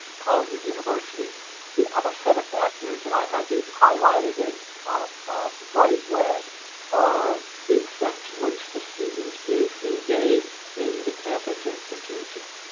college or university the other set of factors, and i have these highlighted in bright red are the extent to which the student is engaged in the campus institution?